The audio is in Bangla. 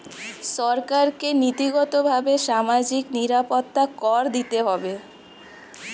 সরকারকে নীতিগতভাবে সামাজিক নিরাপত্তা কর দিতে হয়